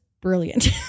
brilliant